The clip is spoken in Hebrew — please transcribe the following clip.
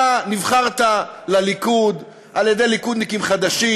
אתה נבחרת לליכוד על-ידי ליכודניקים חדשים,